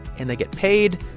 and they get paid.